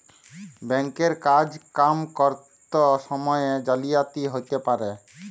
bank এর কাজ কাম ক্যরত সময়ে জালিয়াতি হ্যতে পারে